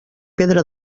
pedra